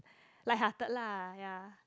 light hearted lah ya